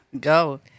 Go